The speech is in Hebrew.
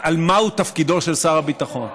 על מהו תפקידו של שר הביטחון.